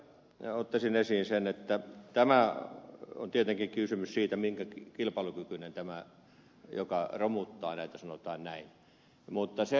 vielä ottaisin esiin sen että tässä on tietenkin kysymys siitä miten kilpailukykyinen on tämä joka romuttaa näitä sanotaan näin